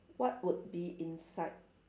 what would be inside